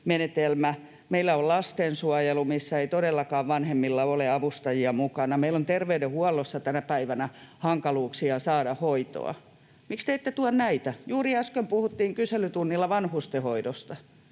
Meillä on lastensuojelu, missä ei todellakaan vanhemmilla ole avustajia mukana. Meillä on terveydenhuollossa tänä päivänä hankaluuksia saada hoitoa. Miksi te ette tuo näitä? Juuri äsken puhuttiin kyselytunnilla vanhustenhoidosta.